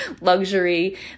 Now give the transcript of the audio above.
luxury